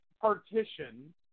partition